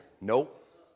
nope